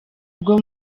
rwo